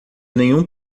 nenhum